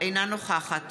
אינה נוכחת